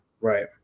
Right